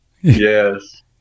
yes